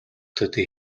төдий